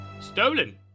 Stolen